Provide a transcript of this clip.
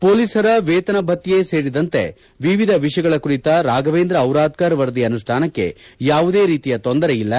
ಪೋಲಿಸರ ವೇತನ ಭತ್ಯೆ ಸೇರಿದಂತೆ ವಿವಿಧ ವಿಷಯ ಕುರಿತ ರಾಘವೇಂದ್ರ ಔರಾದ್ಧರ್ ವರದಿ ಅನುಷ್ಟಾನಕ್ಕೆ ಯಾವುದೇ ರೀತಿಯ ತೊಂದರೆಯಲ್ಲ